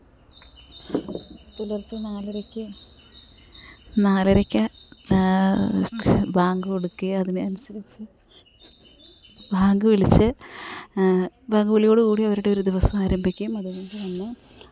പുലർച്ച നാലരക്ക് നാലരക്ക് ബാങ്ക് കൊടുക്കുകയും അതിനനുസരിച്ച് ബാങ്ക് വിളിച്ച് ബാങ്ക് വിളിയോടു കൂടി അവരുടെയൊരു ദിവസമാരംഭിക്കും അതു കൊണ്ടു തന്നെ